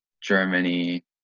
Germany